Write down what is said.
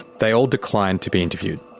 they all declined to be interviewed.